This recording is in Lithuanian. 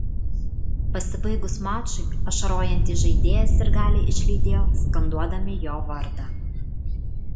pasibaigus mačui ašarojantį žaidėją sirgaliai išlydėjo skanduodami jo vardą